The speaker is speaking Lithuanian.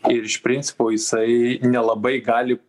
ir iš principo jisai nelabai gali